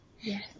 Yes